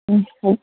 ꯎꯝ ꯍꯣꯏ